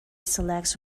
selects